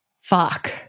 fuck